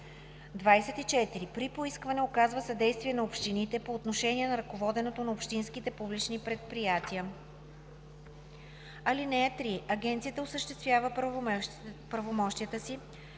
24. при поискване оказва съдействие на общините по отношение на ръководенето на общинските публични предприятия. (3) Агенцията осъществява правомощията си